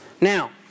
Now